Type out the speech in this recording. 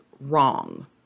Wrong